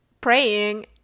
praying